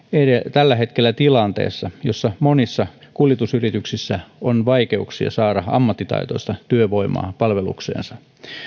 tällä hetkellä tilanteessa jossa monissa kuljetusyrityksissä on vaikeuksia saada ammattitaitoista työvoimaa palvelukseensa